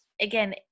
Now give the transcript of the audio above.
Again